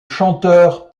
chanteur